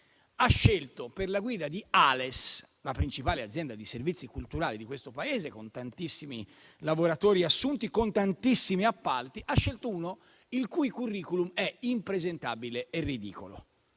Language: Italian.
ha scelto per la guida di Ales, la principale azienda di servizi culturali di questo Paese, con tantissimi lavoratori assunti e con tantissimi appalti, una persona il cui *curriculum* è impresentabile e ridicolo.